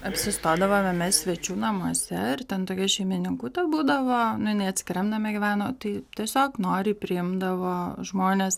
apsistodavome mes svečių namuose ir ten tokia šeimininkutė būdavo nu jinai atskiriam name gyveno tai tiesiog noriai priimdavo žmones